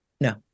No